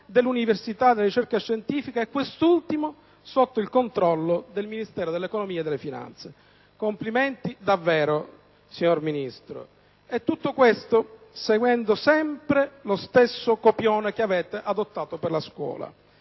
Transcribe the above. dell'università e della ricerca e quest'ultimo sotto il controllo del Ministero dell'economia e delle finanze. Complimenti davvero, signora Ministro! In tutto ciò, si segue sempre quello stesso copione che avete adottato per la scuola: